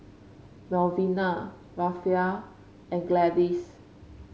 Melvina Rafe and Gladys